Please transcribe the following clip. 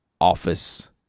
office